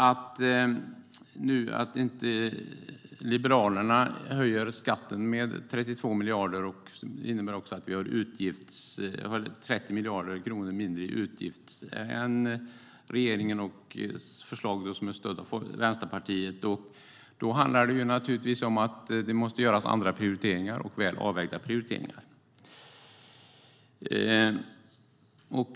Att Liberalerna inte höjer skatten med 32 miljarder innebär också att vi har 30 miljarder kronor mindre i utgifter än det är i regeringens förslag, där man får stöd av Vänsterpartiet. Då handlar det naturligtvis om att det måste göras andra prioriteringar och väl avvägda prioriteringar.